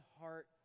heart